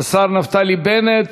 השר נפתלי בנט,